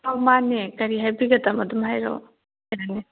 ꯑꯧ ꯃꯥꯅꯦ ꯀꯔꯤ ꯍꯥꯏꯕꯤꯒꯗꯕ ꯑꯗꯨꯝ ꯍꯥꯏꯔꯛꯑꯣ ꯌꯥꯅꯦ